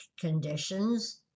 conditions